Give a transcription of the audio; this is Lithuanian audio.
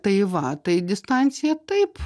tai va tai distancija taip